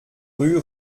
rue